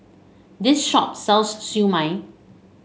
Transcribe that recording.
this shop sells Siew Mai